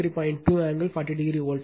2 angle 40o volt